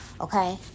okay